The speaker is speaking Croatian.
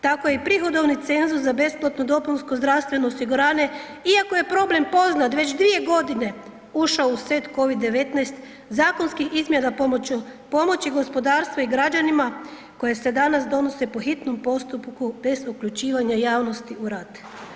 Tako je i prihodovni cenzus za besplatno dopunsko zdravstveno osiguranje, iako je problem poznat već 2.g., ušao u set COVID-19 zakonskih izmjena pomoću, pomoći gospodarstvu i građanima koje se danas donose po hitnom postupku bez uključivanja javnosti u rad.